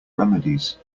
remedies